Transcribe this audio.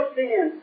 sin